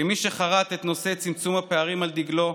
כמי שחרת את נושא צמצום הפערים על דגלו,